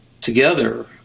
together